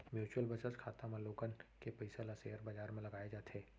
mutual बचत खाता म लोगन के पइसा ल सेयर बजार म लगाए जाथे